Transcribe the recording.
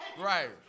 Right